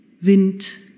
Wind